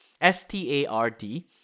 S-T-A-R-D